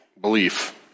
belief